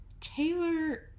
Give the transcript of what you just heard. Taylor